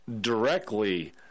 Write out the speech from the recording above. directly